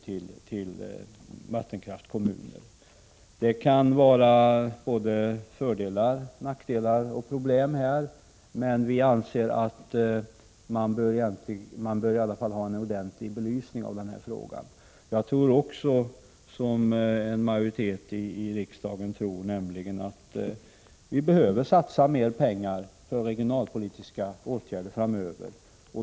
En sådan lösning kan innebära både fördelar och nackdelar, men vi anser att frågan i vilket fall bör belysas ordentligt. Jag tror, liksom en majoritet i riksdagen, att vi behöver satsa ytterligare på regionalpolitiska åtgärder framöver.